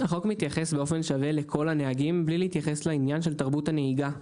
החוק מתייחס באופן שווה לכל הנהגים בלי להתייחס לעניין של תרבות הנהיגה.